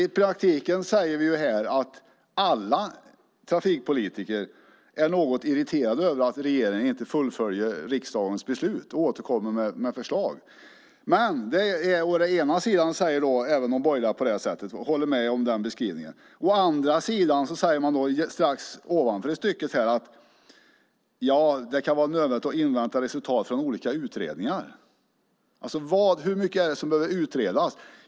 I praktiken säger vi här att alla trafikpolitiker är något irriterade över att regeringen inte fullföljer riksdagens beslut och återkommer med förslag. Å ena sidan håller de borgerliga med om den beskrivningen, å andra sidan säger man strax ovanför i stycket att det kan vara nödvändigt att invänta resultat från olika utredningar. Hur mycket är det som behöver utredas?